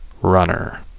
Runner